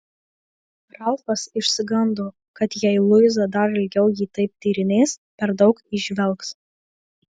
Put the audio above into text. ralfas išsigando kad jei luiza dar ilgiau jį taip tyrinės per daug įžvelgs